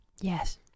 Yes